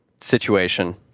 situation